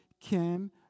came